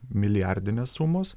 milijardinės sumos